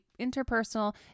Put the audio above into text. Interpersonal